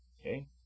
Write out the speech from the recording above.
okay